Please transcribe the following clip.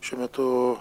šiuo metu